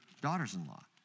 daughters-in-law